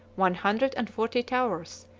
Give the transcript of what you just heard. one hundred and forty towers,